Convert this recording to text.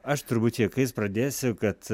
aš turbūt juokais pradėsiu kad